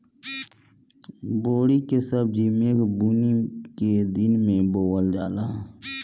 बोड़ी के सब्जी मेघ बूनी के दिन में बोअल जाला